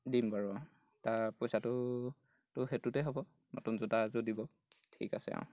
দিম বাৰু তাৰ পইচাটোতোতো সেইটোতে হ'ব নতুন জোতা এযোৰ দিব ঠিক আছে অঁ